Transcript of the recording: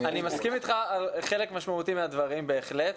אני מסכים איתך בחלק משמעותי מן הדברים, בהחלט.